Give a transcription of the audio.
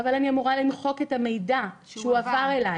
אני אמורה למחוק את המידע שהועבר אליי.